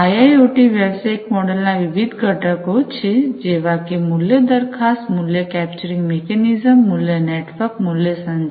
IIoT વ્યવસાયિક મોડેલના વિવિધ ઘટકો છે જેવાકે મૂલ્ય દરખાસ્તમૂલ્ય કેપ્ચરિંગ મિકેનિઝમ મૂલ્ય નેટવર્ક મૂલ્ય સંચાર